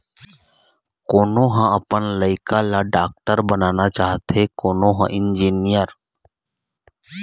कोनो ह अपन लइका ल डॉक्टर बनाना चाहथे, कोनो ह इंजीनियर